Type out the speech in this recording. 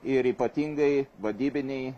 ir ypatingai vadybiniai